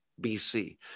BC